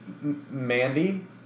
Mandy